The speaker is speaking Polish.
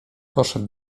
poszedł